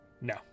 No